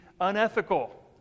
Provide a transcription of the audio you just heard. unethical